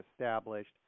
established